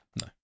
No